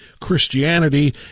Christianity